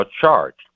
charged